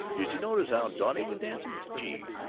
did you notice how dotty was dancing? gee,